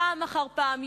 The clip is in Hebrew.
פעם אחר פעם,